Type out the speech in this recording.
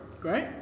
Great